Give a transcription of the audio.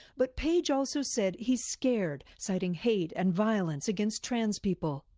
but page also said he's scared, citing hate and violence against trans people.